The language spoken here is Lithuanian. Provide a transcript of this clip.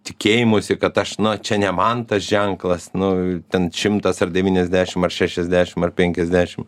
tikėjimosi kad aš na čia ne man tas ženklas nu ten šimtas ar devyniasdešim ar šešiasdešim ar penkiasdešim